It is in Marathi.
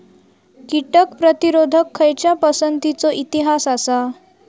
कीटक प्रतिरोधक खयच्या पसंतीचो इतिहास आसा?